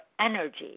energy